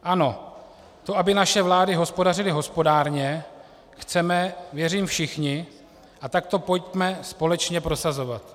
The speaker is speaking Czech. Ano, to, aby naše vlády hospodařily hospodárně, chceme, věřím, všichni, a tak to pojďme společně prosazovat.